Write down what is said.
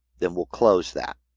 then we'll close that.